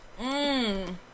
Mmm